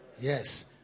Yes